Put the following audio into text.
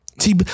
See